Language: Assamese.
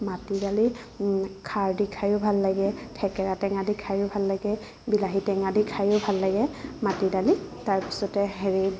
মাটি দালি খাৰ দি খায়ো ভাল লাগে থেকেৰা টেঙা দি খায়ো ভাল লাগে বিলাহী টেঙা দি খায়ো ভাল লাগে মাটি দালি তাৰপিছতে হেৰি